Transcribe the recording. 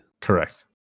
Correct